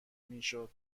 میشد